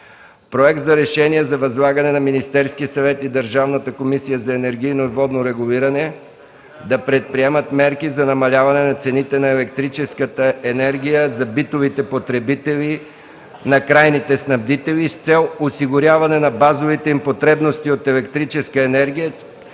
Проект за решение за възлагане на Министерския съвет и Държавната комисия за енергийно и водно регулиране да предприемат мерки за намаляване на цените на електрическата енергия за битовите потребители на крайните снабдители с цел осигуряване на базовите им потребности от електрическа енергия